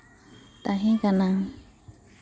ᱛᱟᱦᱮᱸ ᱠᱟᱱᱟ